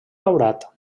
daurat